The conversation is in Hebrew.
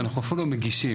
אנחנו אפילו לא מגישים,